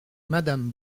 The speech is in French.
madame